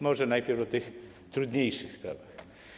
Może najpierw powiem o tych trudniejszych sprawach.